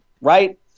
Right